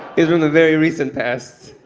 he's from the very recent past.